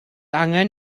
angen